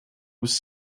was